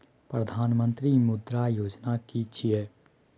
प्रधानमंत्री मुद्रा योजना कि छिए?